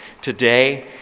today